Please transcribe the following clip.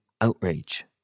outrage